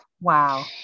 Wow